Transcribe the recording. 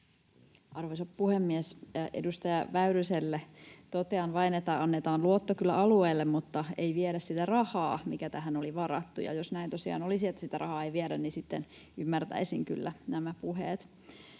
Arvoisa puhemies! Edustaja Väyryselle totean vain, että annetaan luotto kyllä alueelle mutta ei viedä sitä rahaa, mikä tähän oli varattu. Ja jos näin tosiaan olisi, että sitä rahaa ei viedä, niin sitten ymmärtäisin kyllä nämä puheet.